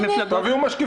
אז מה הבעיה?